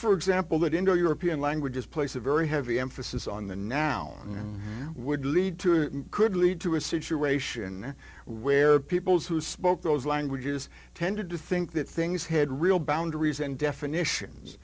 for example that indo european languages place a very heavy emphasis on the noun would lead to a could lead to a situation where peoples who spoke those languages tended to think that things had real boundaries and definitions